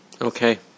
Okay